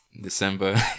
December